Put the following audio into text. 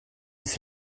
ist